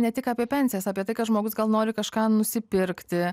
ne tik apie pensijas apie tai kad žmogus gal nori kažką nusipirkti